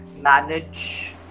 manage